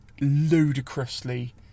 ludicrously